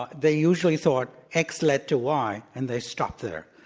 but they usually thought x led to y and they stopped there.